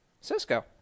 Cisco